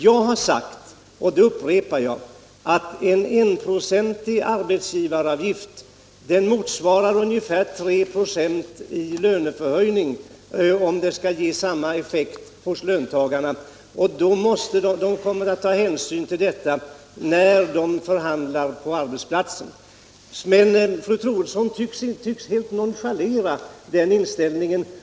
Jag har sagt — och jag upprepar det — att en höjning med 1 96 av arbetsgivaravgiften motsvarar ungefär 3 96 i löneförhöjning, om man ser till effekten hos löntagarna. Detta kommer löntagarna att ta hänsyn till i förhandlingarna. Men fru Troedsson tycks helt nonchalera den saken.